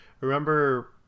remember